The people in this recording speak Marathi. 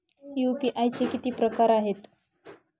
यू.पी.आय चे किती प्रकार आहेत?